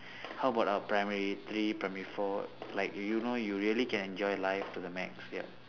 how about uh primary three primary four like you know you really can enjoy life to the max ya